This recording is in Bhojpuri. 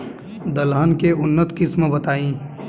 दलहन के उन्नत किस्म बताई?